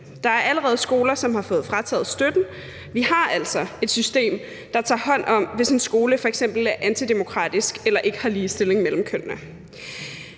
Der er allerede skoler, som har fået frataget støtten. Vi har altså et system, der tager hånd om det, hvis en skole f.eks. er antidemokratisk eller ikke har ligestilling mellem kønnene,